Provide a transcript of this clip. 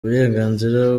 uburenganzira